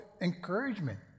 encouragement